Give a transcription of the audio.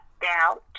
doubt